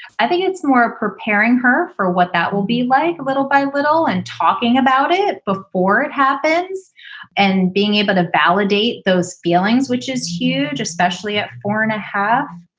i think it's more preparing her for what that will be like a little by little and talking about it before it happens and being able to validate those feelings, which is huge, especially at four and a half,